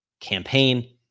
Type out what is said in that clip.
campaign